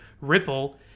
ripple